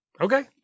Okay